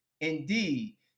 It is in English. indeed